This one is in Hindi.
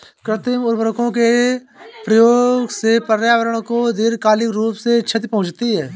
कृत्रिम उर्वरकों के प्रयोग से पर्यावरण को दीर्घकालिक रूप से क्षति पहुंचती है